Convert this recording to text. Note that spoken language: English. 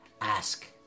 ask